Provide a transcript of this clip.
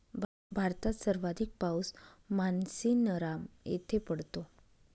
भारतात सर्वाधिक पाऊस मानसीनराम येथे पडतो